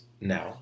now